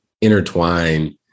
intertwine